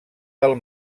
del